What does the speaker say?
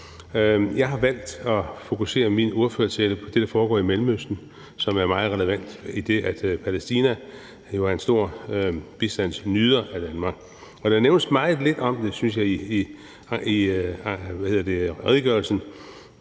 Jeg har valgt at fokusere min ordførertale på det, der foregår i Mellemøsten, som er meget relevant, idet Palæstina jo er en stor nyder af bistand fra Danmark. Der nævnes meget lidt om det, synes jeg, i redegørelsen